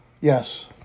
Yes